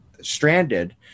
stranded